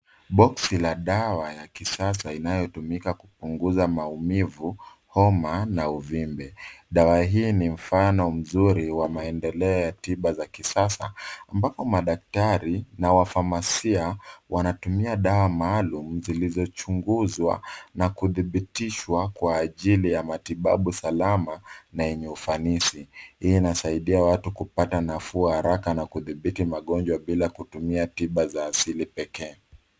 Box la dawa ya kisasa inayotumika kupunguza maumivu , homa na uvimbe . Dawa hii ni mfano mzuri wa maendeleo ya tiba za kisasa ambako madaktari na wafamasia wanatumia dawa maalum zilizochunguzwa na kudhibitishwa kwa ajili ya matibabu salama na yenye ufanisi . Hii inasaidia watu kupata nafuu haraka na kudhibiti magonjwa bila kutumia tiba za asili pekee.